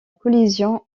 collision